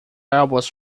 elbows